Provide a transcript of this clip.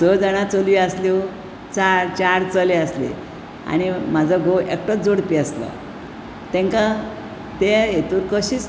स जाणा चलयो आसल्यो चा चार चले आसले आनी म्हाजो घोव एकटोच जोडपी आसलो तेंका त्या हितूंत कशें